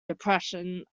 depression